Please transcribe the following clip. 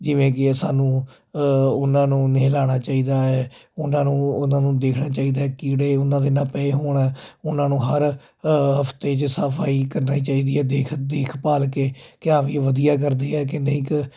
ਜਿਵੇਂ ਕਿ ਸਾਨੂੰ ਉਹਨਾਂ ਨੂੰ ਨਹਿਲਾਣਾ ਚਾਹੀਦਾ ਹੈ ਉਹਨਾਂ ਨੂੰ ਉਹਨਾਂ ਨੂੰ ਦੇਖਣਾ ਚਾਹੀਦਾ ਕੀੜੇ ਉਹਨਾਂ ਦੇ ਨਾ ਪਏ ਹੋਣ ਉਹਨਾਂ ਨੂੰ ਹਰ ਹਫਤੇ 'ਚ ਸਫਾਈ ਕਰਨੀ ਚਾਹੀਦੀ ਹੈ ਦੇਖ ਦੇਖ ਭਾਲ ਕੇ ਕਿਹਾ ਵੀ ਵਧੀਆ ਕਰਦੀ ਹੈ ਕਿ ਨਹੀਂ